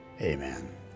amen